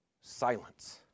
silence